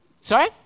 Sorry